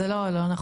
זה לא נכון,